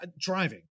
driving